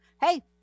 Hey